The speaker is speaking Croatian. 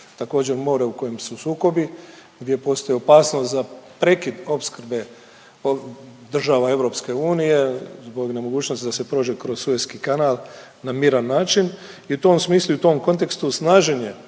također more u kojem su sukobi gdje postoji opasnost za prekid opskrbe država EU zbog nemogućnosti da se prođe kroz Sueski kanal na miran način i u tom smislu i u tom kontekstu snaženje